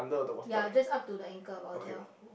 ya just up to the ankle about there orh